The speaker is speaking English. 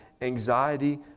anxiety